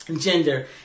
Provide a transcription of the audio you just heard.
gender